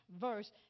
Verse